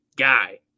Guy